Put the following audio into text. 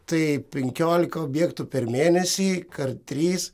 tai penkiolika objektų per mėnesį kart trys